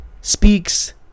speaks